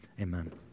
amen